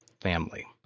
family